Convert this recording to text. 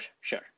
sure